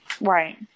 right